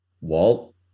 Walt